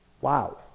Wow